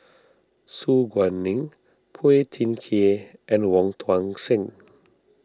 Su Guaning Phua Thin Kiay and Wong Tuang Seng